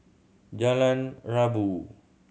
Jalan Rabu